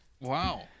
Wow